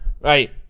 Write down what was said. right